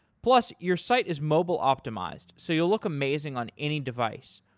plus, your site is mobile optimized, so you'll look amazing on any device.